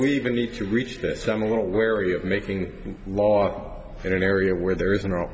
we even need to reach that some a little wary of making a law in an area where there is